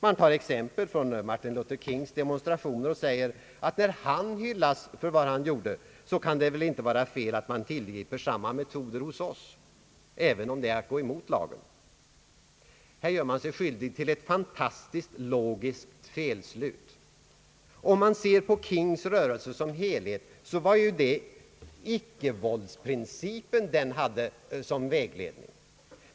Man tar exempel från Martin Luther Kings demonstrationer och säger att när han hyllas för vad han gjorde, så kan det väl inte vara fel att man tillgriper samma metoder hos oss, även om det är att gå emot lagen. Här gör man sig skyldig till ett fantastiskt logiskt felslut. I Kings rörelse var icke-våldsprincipen den vägledande.